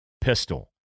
pistol